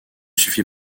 suffit